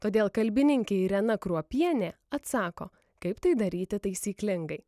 todėl kalbininkė irena kruopienė atsako kaip tai daryti taisyklingai